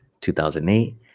2008